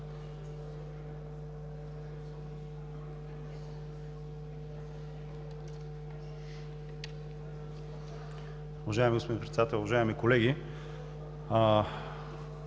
уважаеми господин Председател. Уважаеми колега,